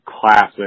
Classic